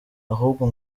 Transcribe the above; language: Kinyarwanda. ahubwo